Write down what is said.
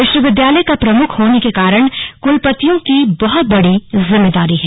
विश्वविद्यालय का प्रमुख होने के कारण कुलपतियों की बहुत बड़ी जिम्मेदारी है